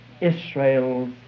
Israel's